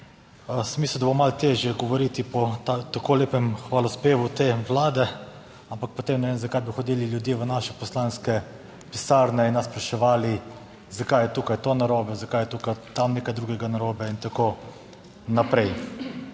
mislil, da bo malo težje govoriti ob tako lepem hvalospevu te Vlade, ampak potem ne vem, zakaj bi hodili ljudje v naše poslanske pisarne in nas spraševali, zakaj je tukaj to narobe, zakaj je tukaj tam nekaj drugega narobe in tako naprej.